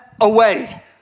away